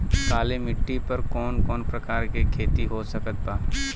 काली मिट्टी पर कौन कौन प्रकार के खेती हो सकत बा?